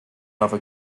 other